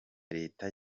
leta